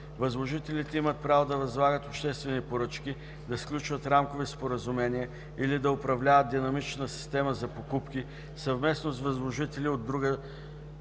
Възложителите имат право да възлагат обществени поръчки, да сключват рамкови споразумения или да управляват динамична система за покупки съвместно с възложители от други